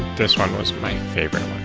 this one was my favorite